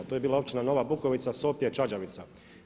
To je bila općina Nova Bukovica, Sopje, Čađavica.